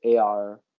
AR